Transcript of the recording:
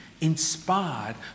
inspired